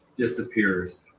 disappears